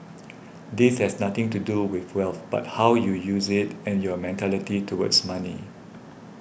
this has nothing to do with wealth but how you use it and your mentality towards money